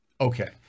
Okay